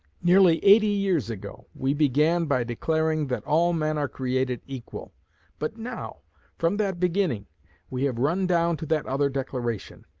nearly eighty years ago we began by declaring that all men are created equal but now from that beginning we have run down to that other declaration,